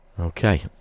Okay